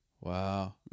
wow